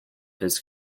his